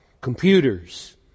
computers